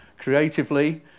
creatively